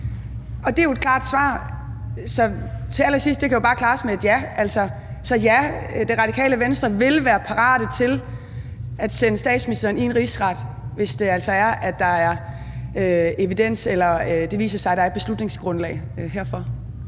Det er jo et klart svar: Ja – det kan jo bare klares med et ja her til allersidst – Det Radikale Venstre vil være parate til at sende statsministeren for en rigsret, hvis det altså er, at der er evidens, eller det viser sig, at der er et beslutningsgrundlag herfor.